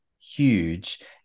huge